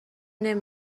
نمی